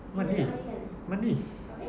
mandi mandi